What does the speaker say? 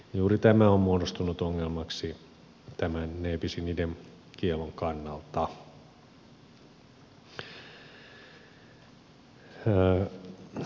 juuri tämä on muodostunut ongelmaksi ne bis in idem kiellon kannalta